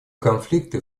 конфликты